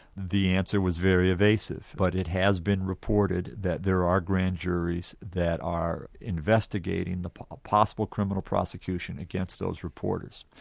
the answer was very evasive, but it has been reported that there are grand juries that are investigating a possible criminal prosecution against those reporters.